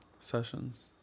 sessions